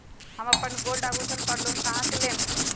हम अपन गोल्ड आभूषण पर लोन कहां से लेम?